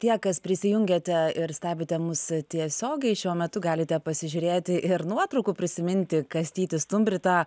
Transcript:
tie kas prisijungėte ir stebite mus tiesiogiai šiuo metu galite pasižiūrėti ir nuotraukų prisiminti kastytį stumbrį tą